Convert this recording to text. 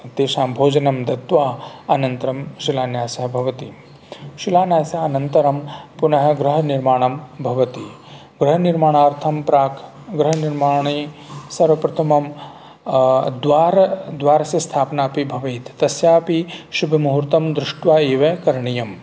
तेषां भोजनं दत्वा अनन्तरं शिलान्यासः भवति शिलान्यास अनन्तरं पुनः गृहनिर्माणं भवति गृहनिर्माणार्थं प्राक् गृहनिर्माणे सर्वप्रथमं द्वार द्वारस्य स्थापना अपि भवेत् तस्याः अपि शुभमुहूर्तं दृष्ट्वा एव करणीयं